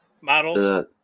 Models